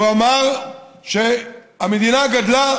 הוא אמר שהמדינה גדלה,